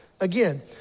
Again